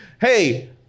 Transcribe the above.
hey